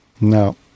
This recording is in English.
No